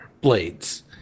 blades